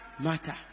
matter